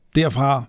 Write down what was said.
derfra